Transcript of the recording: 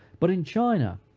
but in china,